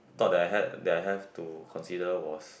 thought that I had that I have to consider was